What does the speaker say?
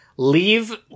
Leave